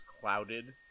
clouded